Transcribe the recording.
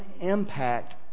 impact